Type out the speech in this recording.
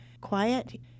quiet